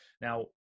now